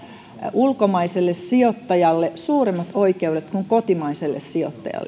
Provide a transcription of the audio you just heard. ulkomaiselle sijoittajalle suuremmat oikeudet kuin kotimaiselle sijoittajalle